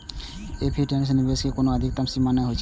FD मे निवेश के कोनो अधिकतम सीमा नै होइ छै